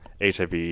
HIV